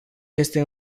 este